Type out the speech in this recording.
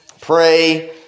pray